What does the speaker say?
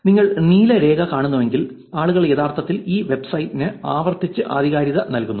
നിങ്ങൾ നീല രേഖ കാണുന്നുവെങ്കിൽ ആളുകൾ യഥാർത്ഥത്തിൽ ഈ വെബ്സൈറ്റിന് ആവർത്തിച്ച് ആധികാരികത നൽകുന്നു